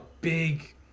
big